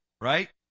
right